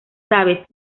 sabes